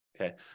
okay